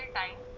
time